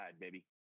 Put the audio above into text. baby